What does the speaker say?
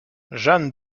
jeanne